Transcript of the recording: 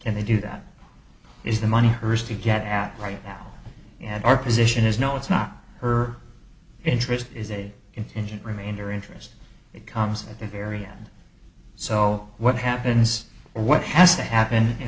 as they do that is the money has to get at right now and our position is no it's not her interest is a contingent remainder interest it comes at the very end so what happens what has to happen in